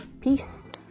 Peace